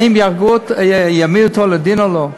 האם יעמידו אותו לדין או לא?